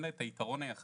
אין לה את היתרון היחסי